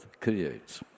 creates